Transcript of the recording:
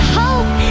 hope